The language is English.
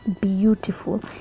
beautiful